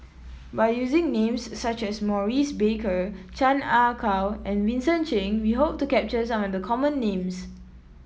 by using names such as Maurice Baker Chan Ah Kow and Vincent Cheng we hope to capture some of the common names